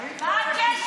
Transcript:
אני ממשיכה.